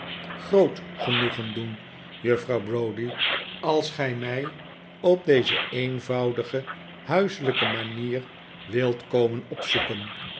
groot genoegen doen juffrouw browdie als gij mij op deze eenvoudige huiselijke manier wilt komen opzoeken